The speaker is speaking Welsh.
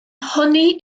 honni